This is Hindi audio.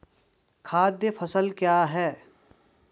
खाद्य फसल क्या है?